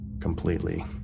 completely